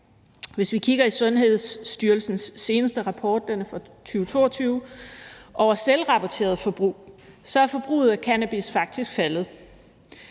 Hvis vi kigger i Sundhedsstyrelsens seneste rapport, som er fra 2022, over selvrapporteret forbrug, er forbruget af cannabis faktisk faldet.